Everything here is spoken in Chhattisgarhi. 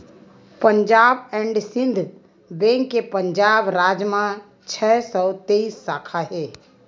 पंजाब एंड सिंध बेंक के पंजाब राज म छै सौ तेइस साखा हे